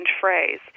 phrase